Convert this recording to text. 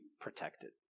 protected